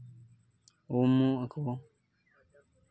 ᱩᱢᱩᱜ ᱟᱠᱚ